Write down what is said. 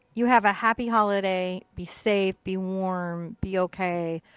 you have a happy holiday. be safe. be warm. be ok.